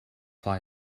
fly